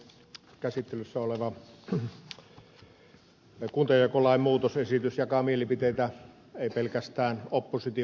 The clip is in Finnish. käsittelyssä oleva kuntajakolain muutosesitys jakaa mielipiteitä ei pelkästään oppositio vs